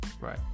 Right